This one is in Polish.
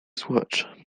słuchacze